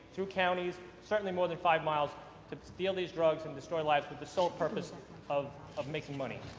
through counties, certainly more than five miles to deal these drugs and destroy lives for the sole purpose of of making money.